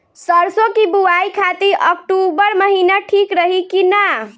सरसों की बुवाई खाती अक्टूबर महीना ठीक रही की ना?